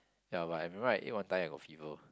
ya but I don't like eat one time I got fever